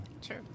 Sure